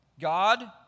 God